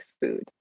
food